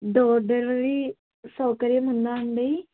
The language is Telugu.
డోర్ డెలివరీ సౌకర్యం ఉందా అండీ